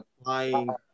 applying